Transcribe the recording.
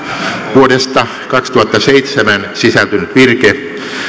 vuodesta kaksituhattaseitsemän sisältynyt virke